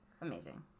Amazing